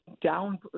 down